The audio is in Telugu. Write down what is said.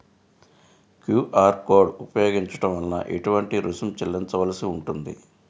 క్యూ.అర్ కోడ్ ఉపయోగించటం వలన ఏటువంటి రుసుం చెల్లించవలసి ఉంటుంది?